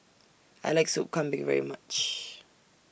I like Soup Kambing very much